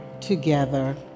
together